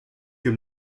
voir